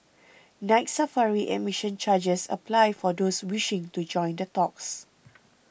Night Safari admission charges apply for those wishing to join the talks